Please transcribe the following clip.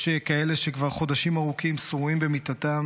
יש כאלה שכבר חודשים ארוכים שרועים במיטתם